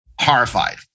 horrified